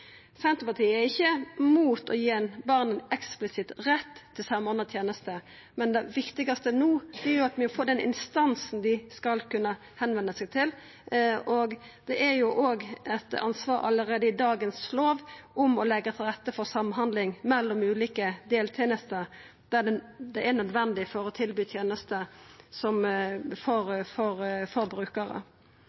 Senterpartiet er ikkje imot å gi barn ein eksplisitt rett til samordna tenester, men det viktigaste no er at vi får den instansen dei skal kunna venda seg til. Det er eit ansvar allereie i dagens lov å leggja til rette for samhandling mellom ulike deltenester der det er nødvendig for å tilby tenester for